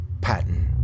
Patton